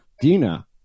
Dina